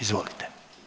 Izvolite.